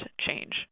change